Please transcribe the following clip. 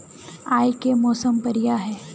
आय के मौसम बढ़िया है?